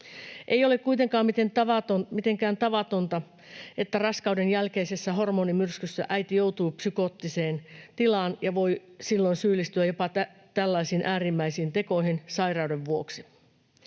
Ei ole kuitenkaan mitenkään tavatonta, että raskauden jälkeisessä hormonimyrskyssä äiti joutuu psykoottiseen tilaan ja voi silloin syyllistyä jopa tällaisiin äärimmäisiin tekoihin sairauden vuoksi.